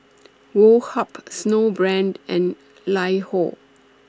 Woh Hup Snowbrand and LiHo